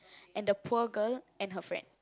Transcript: and the poor girl and her friend